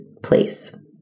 place